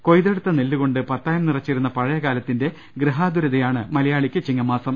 കൊയ്തെടുത്ത നെല്ലുകൊണ്ട് പത്തായം നിറച്ചിരുന്ന പഴയ കാലത്തിന്റെ ഗൃഹാതുരതയാണ് മലയാളിക്ക് ചിങ്ങമാസം